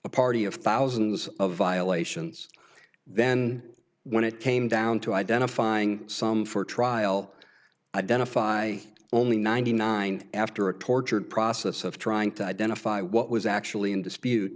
a party of thousands of violations then when it came down to identifying some for trial identify only ninety nine after a tortured process of trying to identify what was actually in dispute